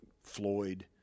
Floyd